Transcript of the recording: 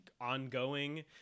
ongoing